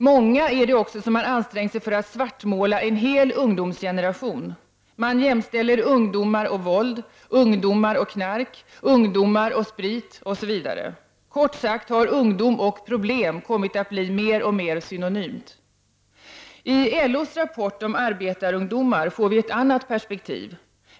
Många har också ansträngt sig för att svartmåla en hel generation ungdomar; man jämställer ungdomar och våld, ungdomar och knark, ungdomar och sprit osv. Kort sagt har ungdom och problem kommit att bli mer och mer synonyma begrepp. I LO:s rapport om arbetarungdomar får vi ett annat perspektiv.